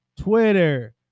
Twitter